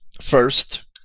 first